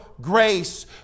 grace